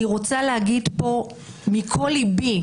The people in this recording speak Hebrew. אני רוצה להגיד פה מכל ליבי,